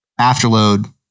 afterload